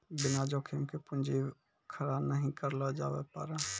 बिना जोखिम के पूंजी खड़ा नहि करलो जावै पारै